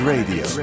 Radio